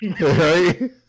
right